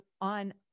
on